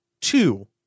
two